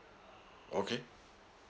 okay